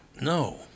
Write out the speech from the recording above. No